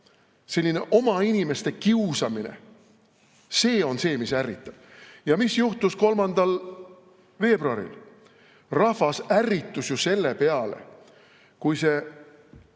selline oma inimeste kiusamine – see on see, mis ärritab. Ja mis juhtus 3. veebruaril? Rahvas ärritus ju selle peale, kui see